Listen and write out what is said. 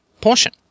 portion